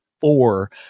four